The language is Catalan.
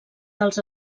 dels